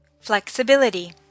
FLEXIBILITY